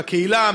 בקהילה,